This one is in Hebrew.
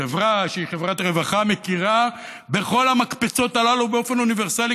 חברה שהיא חברת רווחה מכירה בכל המקפצות הללו באופן אוניברסלי,